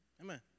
Amen